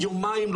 יומיים,